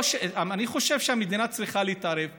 אני חושב שהמדינה צריכה להתערב פה.